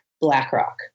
BlackRock